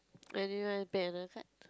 I didn't want to pick another fight